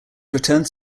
returns